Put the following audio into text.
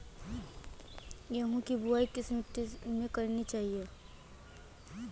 गेहूँ की बुवाई किस मिट्टी में करनी चाहिए?